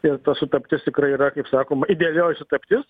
ir ta sutaptis tikrai yra kaip sakom idealioji sutaptis